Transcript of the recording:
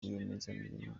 rwiyemezamirimo